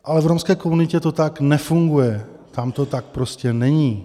Ale v romské komunitě to tak nefunguje, tam to tak prostě není.